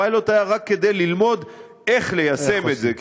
הפיילוט היה רק כדי ללמוד איך ליישם את זה,